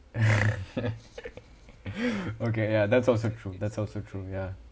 okay ya that's also true that's also true ya